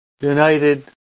united